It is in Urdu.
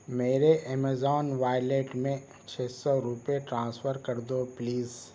میرے امازون والیٹ میں چھ سو روپئے ٹرانسفر کر دو پلیز